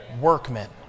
Workmen